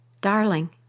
Darling